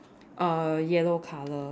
err yellow colour